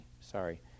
Sorry